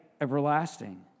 everlasting